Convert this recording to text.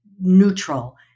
neutral